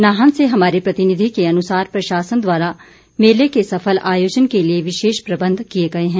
नाहन से हमारे प्रतिनिधि के अनुसार प्रशासन द्वारा मेले के सफल आयोजन के लिए विशेष प्रबंध किए गए हैं